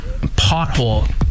pothole